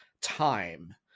time